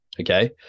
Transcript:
okay